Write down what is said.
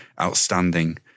outstanding